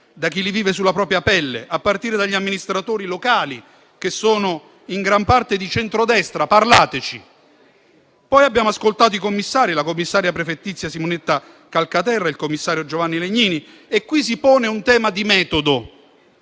da chi li vive sulla propria pelle, a partire dagli amministratori locali, che sono in gran parte di centrodestra: parlateci! Poi abbiamo ascoltato i commissari: la commissaria prefettizia Simonetta Calcaterra e il commissario Giovanni Legnini. A tal proposito, si pone un tema di metodo,